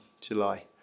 July